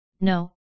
No